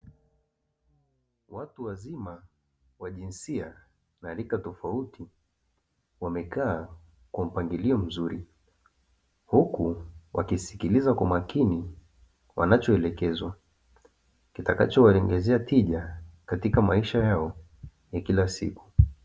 Watu wazima wa jinsia na rika tofauti wamekaa kwa mpangilio mzuri huku wakisikiliza kwa makini wanachoelekezwa, kitakacho waongezea tija katika maisha yao ya kila siku.